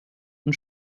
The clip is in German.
und